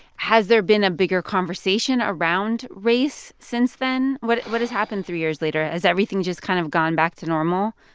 has there been a bigger conversation around race since then? what what has happened three years later? has everything just kind of gone back to normal?